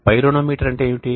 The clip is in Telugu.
పైరోనోమీటర్ అంటే ఏమిటి